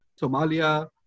Somalia